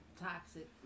Toxic